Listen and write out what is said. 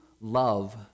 love